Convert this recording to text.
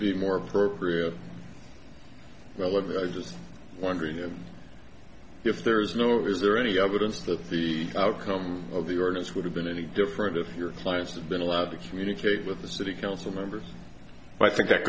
be more appropriate well of that i just wondering if there is no is there any evidence that the outcome of the ordinance would have been any different if your clients have been allowed to communicate with the city council members but i think that